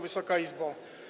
Wysoka Izbo!